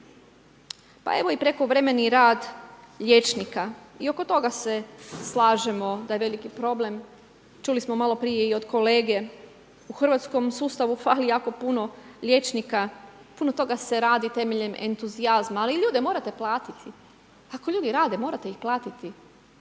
Pa evo i prekovremeni rad liječnika, i oko toga se slažemo da je veliki problem, čuli smo maloprije i od kolege. U hrvatskom sustavu fali jako puno liječnika, puno toga se radi temeljem entuzijazma ali ljude morate platiti. Ako ljudi rade, morate ih platiti.